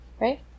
Right